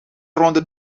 ronde